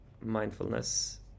mindfulness